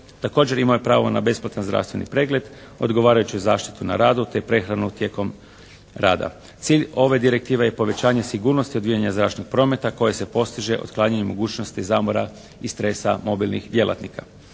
Također, imaju pravo na besplatan zdravstveni pregled, odgovarajuću zaštitu na radu, te prehranu tijekom rada. Cilj ove direktive je povećanje sigurnosti odvijanja zračnog prometa koje se postiže uklanjanjem mogućnosti zamora i stresa mobilnih djelatnika.